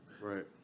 Right